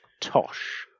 tosh